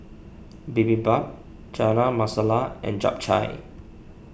Bibimbap Chana Masala and Japchae